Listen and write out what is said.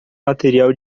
material